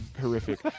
horrific